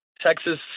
Texas